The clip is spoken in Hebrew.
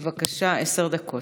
בבקשה, עשר דקות.